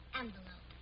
envelope